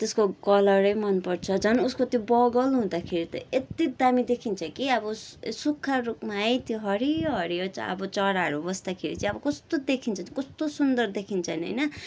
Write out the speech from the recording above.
त्यसको कलरै मन पर्छ झन् उसको त्यो बगाल हुँदाखेरि त यति दामी देखिन्छ कि अब सुक्खा रुखमा हरियो हरियो चराहरू बस्दाखेरि अब कस्तो देखिन्छ कस्तो सुन्दर देखिन्छ होइन